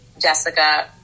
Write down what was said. Jessica